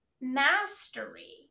Mastery